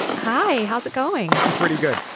hi. how's it going. i'm pretty good.